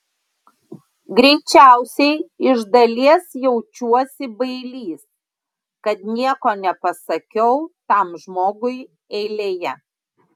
greičiausiai iš dalies jaučiuosi bailys kad nieko nepasakiau tam žmogui eilėje